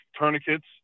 tourniquets